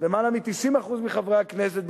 למעלה מ-90% מחברי הכנסת,